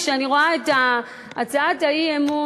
כשאני רואה את הצעת האי-אמון,